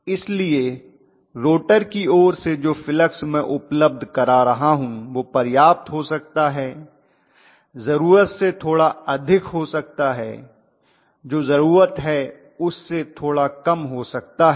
इसलिए रोटर की ओर से जो फ्लक्स मैं उपलब्ध करा रहा हूं वह पर्याप्त हो सकता है जरूरत से थोड़ा अधिक हो सकता है जो जरूरत है उससे थोड़ा कम हो सकता है